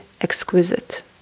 exquisite